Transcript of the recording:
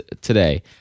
today